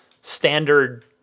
standard